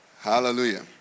Hallelujah